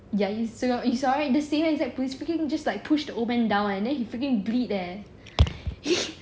ya you saw right the same exact police freaking just like push the old man down eh then he freaking bleed eh